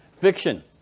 Fiction